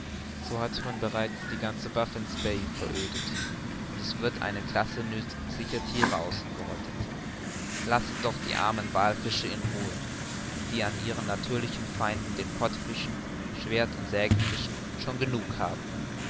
so hat man bereits die ganze baffinsbai verödet und so wird man eine classe nützlicher thiere ausrotten lasset doch die armen wallfische in ruhe die an ihren natürlichen feinden den pottfischen schwert und sägefischen schon genug haben